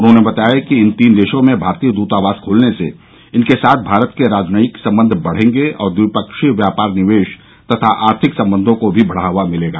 उन्होंने बताया कि इन तीन देशों में भारतीय दूतावास खोलने से इनके साथ भारत के राजनयिक संबंध बढेंगे और द्विपक्षीय व्यापारनिवेश तथा आर्थिक संबंधों को भी बढावा मिलेगा